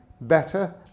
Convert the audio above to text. better